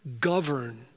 govern